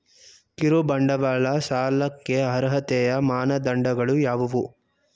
ಕಿರುಬಂಡವಾಳ ಸಾಲಕ್ಕೆ ಅರ್ಹತೆಯ ಮಾನದಂಡಗಳು ಯಾವುವು?